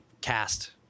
cast